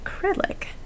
acrylic